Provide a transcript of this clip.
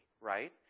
right